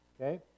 Okay